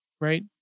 right